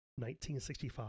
1965